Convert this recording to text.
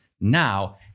now